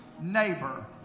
neighbor